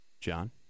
John